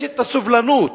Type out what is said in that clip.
יש הסובלנות,